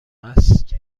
است